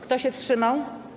Kto się wstrzymał?